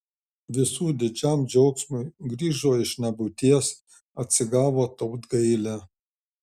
visų didžiam džiaugsmui grįžo iš nebūties atsigavo tautgailė